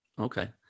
Okay